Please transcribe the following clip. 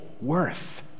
Worth